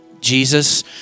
Jesus